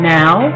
now